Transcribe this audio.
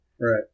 Right